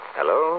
Hello